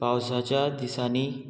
पावसाच्या दिसांनी